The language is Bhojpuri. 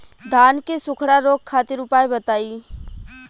धान के सुखड़ा रोग खातिर उपाय बताई?